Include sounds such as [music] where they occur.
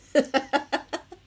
[laughs]